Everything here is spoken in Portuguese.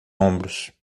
ombros